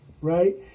Right